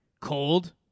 cold